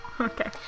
Okay